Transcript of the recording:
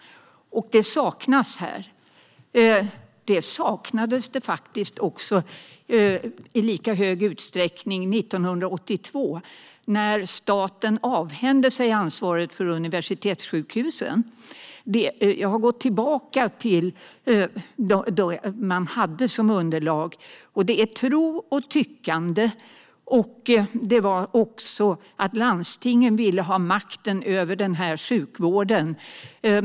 Det saknas här. Det saknades faktiskt också i lika stor utsträckning 1982 när staten avhände sig ansvaret för universitetssjukhusen. Jag har gått tillbaka till det underlag som man då hade, och det handlade om tro och tyckande. Landstingen ville ha makten över sjukvården.